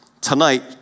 Tonight